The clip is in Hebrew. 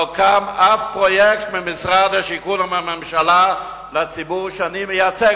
לא קם אף פרויקט אחד של משרד השיכון או של הממשלה לציבור שאני מייצג,